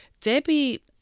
Debbie